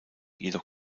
jedoch